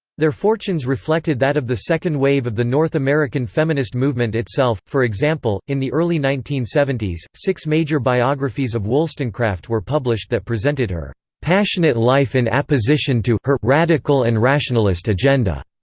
their fortunes reflected that of the second wave of the north american feminist movement itself for example, in the early nineteen seventy s, six major biographies of wollstonecraft were published that presented her passionate life in apposition to radical and rationalist agenda.